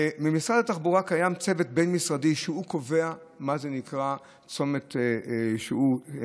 במשרד התחבורה קיים צוות בין-משרדי שקובע מה צומת מסוכן,